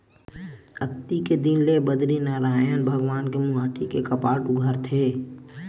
अक्ती के दिन ले बदरीनरायन भगवान के मुहाटी के कपाट उघरथे